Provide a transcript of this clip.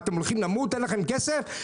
אתם הולכים למות, אין לכם כסף?